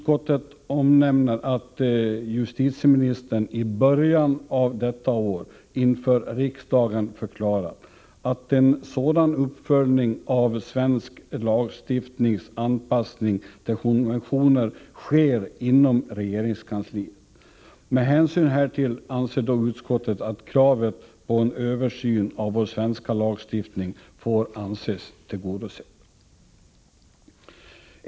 Utskottet omnämner att justitieministern i början av detta år inför riksdagen förklarat att en sådan uppföljning av svensk lagstiftnings anpassning till konventioner sker inom regeringskansliet. Med hänsyn härtill anser utskottet att kravet på en översyn av vår svenska lagstiftning får anses tillgodosett.